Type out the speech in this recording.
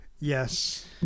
Yes